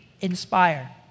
inspire